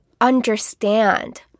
understand